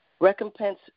Recompense